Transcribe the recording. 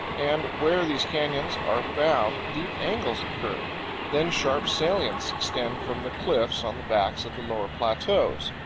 and where these canyons are found deep angles occur then sharp salients extend from the cliffs on the backs of the lower plateaus.